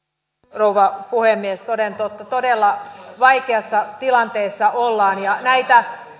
rouva puhemies toden totta todella vaikeassa tilanteessa ollaan ja näitä